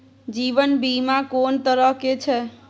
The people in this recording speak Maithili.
जीवन बीमा कोन तरह के छै?